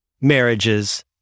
marriages